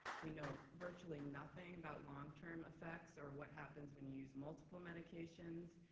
we know virtually nothing about long-term effects or what happens when you use multiple medications,